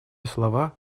слова